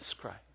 Christ